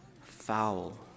Foul